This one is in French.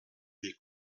des